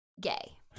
gay